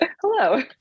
hello